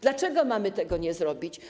Dlaczego mamy tego nie zrobić?